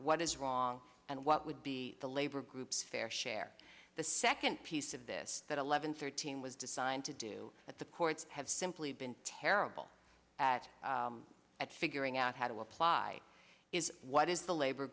what is wrong and what would be the labor groups fair share the second piece of this that eleven thirteen was designed to do that the courts have simply been terrible at at figuring out how to apply is what is the labor